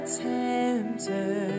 tempter